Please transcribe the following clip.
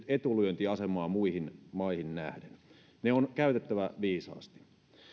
etulyöntiasemaa muihin maihin nähden se on käytettävä viisaasti